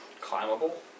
climbable